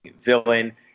villain